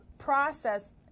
process